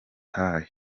hill